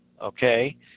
okay